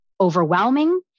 overwhelming